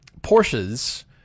Porsche's